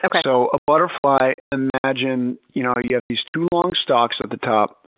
like so a butterfly, imagine you know you have these two long stalks at the top,